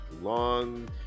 long